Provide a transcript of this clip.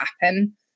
happen